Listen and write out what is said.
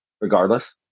regardless